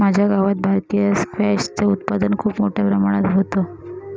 माझ्या गावात भारतीय स्क्वॅश च उत्पादन खूप मोठ्या प्रमाणात होतं